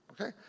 Okay